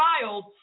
child